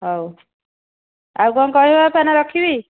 ହଉ ଆଉ କ'ଣ କହିବ ବାପା ନା ରଖିବି